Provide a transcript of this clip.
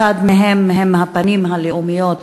אחת מהן היא הפנים הלאומיות,